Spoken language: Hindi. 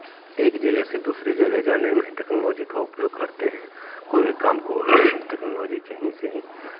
एक जगह से दूसरी जगह जाने में टेक्नोलॉजी का उपयोग करते हैं कोई भी काम को टेक्नोलॉजी से ही